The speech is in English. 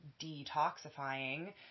detoxifying